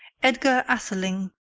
edgar atheling,